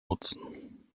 nutzen